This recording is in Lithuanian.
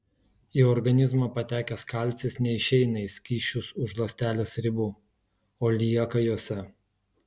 į organizmą patekęs kalcis neišeina į skysčius už ląstelės ribų o lieka jose